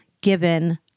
given